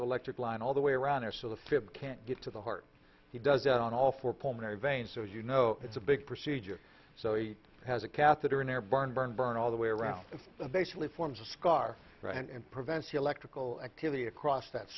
select line all the way around there so the tip can't get to the heart he does that on all four pulmonary veins so you know it's a big procedure so he has a catheter in there burn burn burn all the way around and basically forms a scar and prevents electrical activity across that